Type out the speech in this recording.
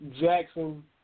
Jackson